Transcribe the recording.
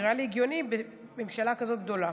נראה לי הגיוני בממשלה כזאת גדולה.